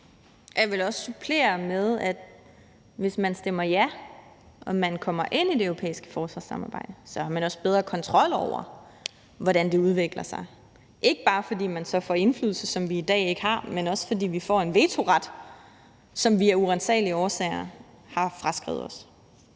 jeg vil også supplere med, at hvis man stemmer ja, og man kommer ind i det europæiske forsvarssamarbejde, så har man også bedre kontrol over, hvordan det udvikler sig, ikke bare fordi man så får indflydelse, som vi i dag ikke har, men også fordi vi får en vetoret, som vi af uransagelige årsager har fraskrevet os.